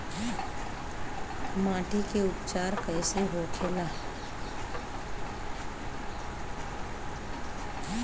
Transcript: माटी के उपचार कैसे होखे ला?